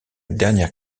dernière